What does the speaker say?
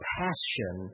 passion